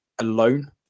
alone